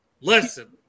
listen